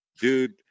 dude